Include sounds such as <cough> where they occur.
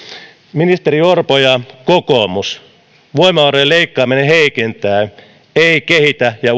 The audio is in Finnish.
ministeri orpo ja kokoomus voimavarojen leikkaaminen heikentää ei kehitä ja <unintelligible>